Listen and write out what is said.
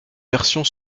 version